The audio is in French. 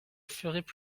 feraient